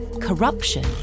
corruption